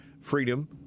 Freedom